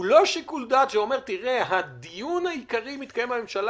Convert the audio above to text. הוא לא שיקול דעת שאומר: הדיון העיקרי מתקיים בממשלה,